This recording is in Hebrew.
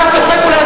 אתה צוחק אולי,